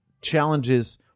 challenges